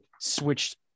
switched